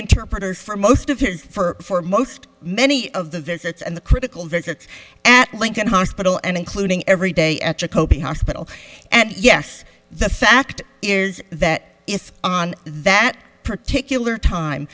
interpreters for most of his for most many of the visits and the critical visits at lincoln hospital and including every day at a hospital and yes the fact is that it's on that particular time